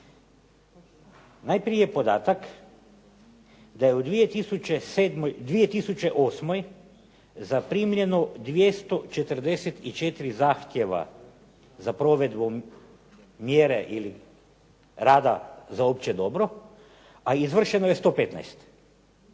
Najprije podatak da je u 2008. zaprimljeno 244 zahtjeva za provedbom mjera ili rada za opće dobro, a izvršeno je 115.